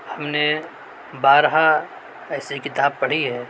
ہم نے بارہا ایسی کتاب پڑھی ہے